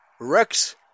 Rex